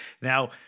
Now